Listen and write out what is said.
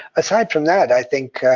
aside from that, i think,